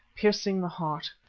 piercing the heart.